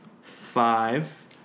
Five